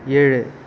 ஏழு